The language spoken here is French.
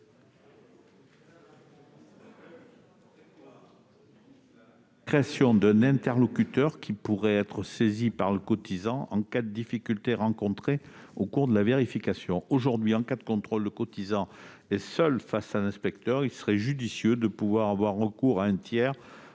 fonction d'interlocuteur, lequel pourrait être saisi par le cotisant en cas de difficultés rencontrées au cours de la vérification. Aujourd'hui, en cas de contrôle, le cotisant est seul face à l'inspecteur. Il serait donc judicieux de pouvoir avoir recours à un tiers